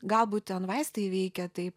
galbūt ten vaistai veikia taip